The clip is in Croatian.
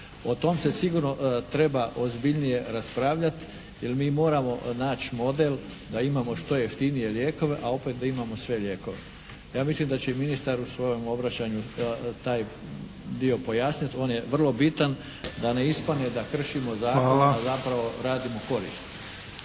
O tom se sigurno treba ozbiljnije raspravljati jer mi moramo naći model da imamo što jeftinije lijekove, a opet da imamo sve lijekove. Ja mislim da će i ministar u svojem obraćanju taj dio pojasniti. On je vrlo bitan da ne ispadne da kršimo zakon a zapravo ……